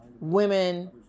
women